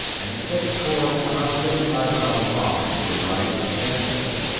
and the sixth corps about thirty-five miles off to the right at manchester.